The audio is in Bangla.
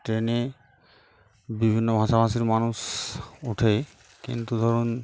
ট্রেনে বিভিন্ন ভাষাভাষীর মানুষ ওঠে কিন্তু ধরুন